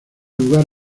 lugar